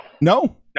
No